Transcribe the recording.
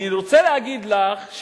אני רוצה להגיד לך,